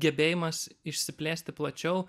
gebėjimas išsiplėsti plačiau